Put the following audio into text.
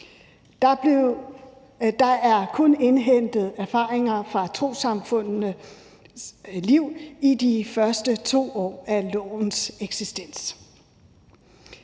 Der er kun indhentet erfaringer fra trossamfundenes liv i de første 2 år af lovens eksistens.